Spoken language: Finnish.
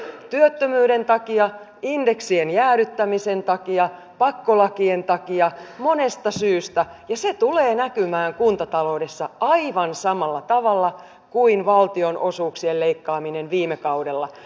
työttömyyden takia indeksien jäädyttämisen takia pakkolakien takia monesta syystä ja se tulee näkymään kuntataloudessa aivan samalla tavalla kuin valtionosuuksien leikkaaminen viime kaudella